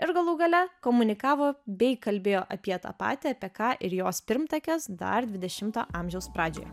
ir galų gale komunikavo bei kalbėjo apie tą patį apie ką ir jos pirmtakės dar dvidešimto amžiaus pradžioje